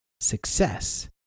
Success